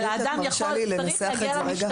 אלא אדם צריך להגיע למשטרה,